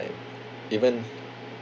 even